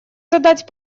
задать